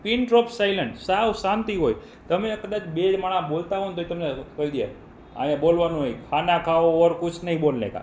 pin drop silence સાવ શાંતિ હોય તમે કદાચ બે માણસ બોલતા હો ને તોય તમને કહી દે અહીંયા બોલવાનું નહીં ખાના ખાઓ ઓર કુછ નહીં બોલને કા